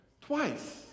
Twice